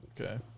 Okay